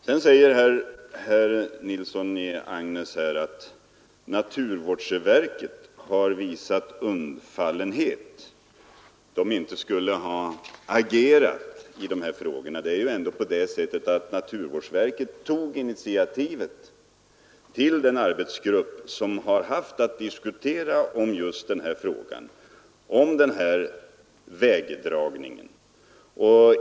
Sedan säger herr Nilsson i Agnäs att naturvårdsverket har visat undfallenhet och inte agerat i dessa frågor. Det är ändå så att naturvårdsverket tog initiativet till den arbetsgrupp som har haft att diskutera den här vägdragningen.